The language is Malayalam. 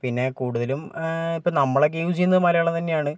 പിന്നെ കൂടുതലും ഇപ്പോൾ നമ്മളൊക്കെ യൂസ് ചെയ്യുന്നത് മലയാളം തന്നെയാണ്